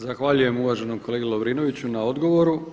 Zahvaljujem uvaženom kolegi Lovrinoviću na odgovoru.